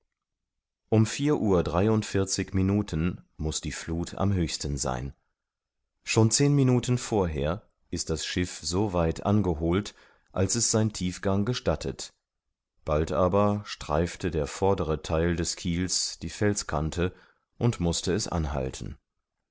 um vier uhr dreiundvierzig minuten muß die fluth am höchsten sein schon zehn minuten vorher ist das schiff so weit angeholt als es sein tiefgang gestattet bald aber streifte der vordere theil des kiels die felskante und mußte es anhalten